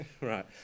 right